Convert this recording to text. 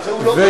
לא,